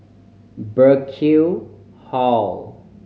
Burkill Hall